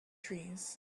trees